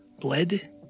bled